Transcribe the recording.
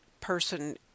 person